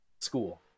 school